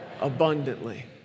abundantly